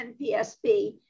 NPSB